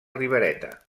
ribereta